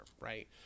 right